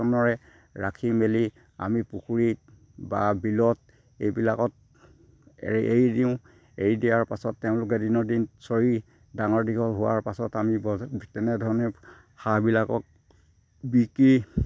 যতনেৰে ৰাখি মেলি আমি পুখুৰীত বা বিলত এইবিলাকত এৰি এৰি দিওঁ এৰি দিয়াৰ পাছত তেওঁলোকে দিনৰ দিন চৰি ডাঙৰ দীঘল হোৱাৰ পাছত আমি বজা তেনেধৰণে হাঁহবিলাকক বিকি